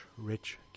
rich